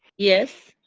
yes.